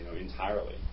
entirely